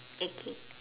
egg cake